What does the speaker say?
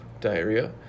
diarrhea